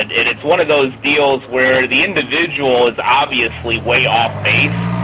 and it's one of those deals where the individual is obviously way off base,